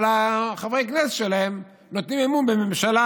אבל חברי הכנסת שלהם נותנים אמון בממשלה